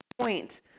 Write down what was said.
point